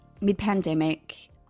mid-pandemic